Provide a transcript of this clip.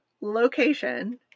location